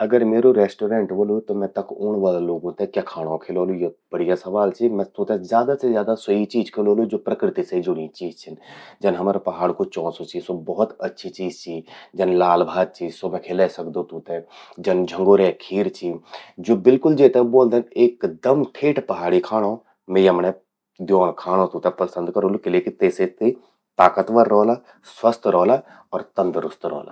अगर म्येरु रेस्टोरेंट ह्वोलु, त मैं तख ऊंण वला लोगूं ते क्या खाणों खिलौलू यो बढ़िया सवाल चि। मैं तूंते ज्यादा से ज्यादा सी ही चीज खिलौलु ज्वो प्रकृति से जुड़्यीं चि। जन हमरा पहाड़ कू चौंसू चि, स्वो भौत अच्छी चीज चि। जन लाल भात चि, स्वो मैं खिले सकदूं तूंते। जन झंगोरे खीर ची, ज्वो बिल्कुल जेते ब्वोलदन एकदम ठेठ पहाड़ी खाणों। मैं यमण्ये द्योंण खाणों तूंते पसंद करोलु। तेसे सि ताकतवर रौला, स्वस्थ रौला अर तंदुरुस्त रौला।